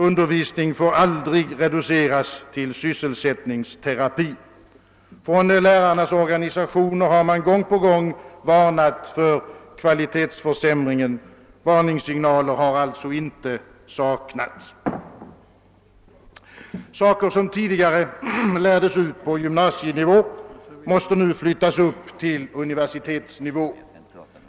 Undervisningen får aldrig reduceras till sysselsättningsterapi. Från lärarnas organisationer har man gång på gång varnat för kvalitetsförsämringen. Varningssignaler har alltså inte saknats. Saker som tidigare lärdes ut på gymnasienivå måste nu flyttas upp till universitetsnivå.